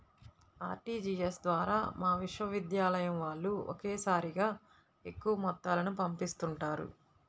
RTGS ద్వారా మా విశ్వవిద్యాలయం వాళ్ళు ఒకేసారిగా ఎక్కువ మొత్తాలను పంపిస్తుంటారు